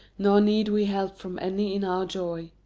nor need we help from any in our joy.